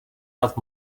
nad